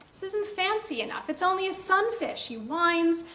this isn't fancy enough, it's only a sunfish. he whines,